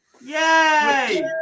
Yay